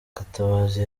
gatabazi